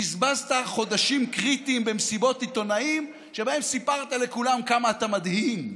בזבזת חודשים קריטיים במסיבות עיתונאים שבהן סיפרת לכולם כמה אתה מדהים.